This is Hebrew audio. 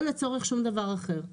לא לצורך שום דבר אחר.